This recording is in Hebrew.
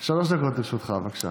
שלוש דקות לרשותך, בבקשה.